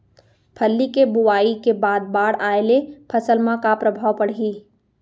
फल्ली के बोआई के बाद बाढ़ आये ले फसल मा का प्रभाव पड़ही?